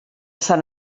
sant